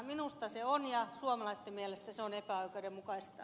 minusta se on ja suomalaisten mielestä se on epäoikeudenmukaista